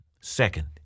Second